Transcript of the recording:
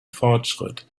fortschritt